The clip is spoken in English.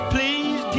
Please